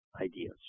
ideas